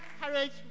courage